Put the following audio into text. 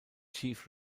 chief